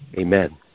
Amen